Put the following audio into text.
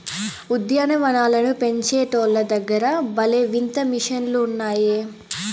ఉద్యాన వనాలను పెంచేటోల్ల దగ్గర భలే వింత మిషన్లు ఉన్నాయే